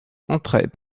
entrait